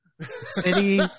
City